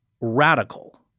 radical